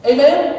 Amen